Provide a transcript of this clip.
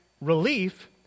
relief